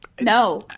No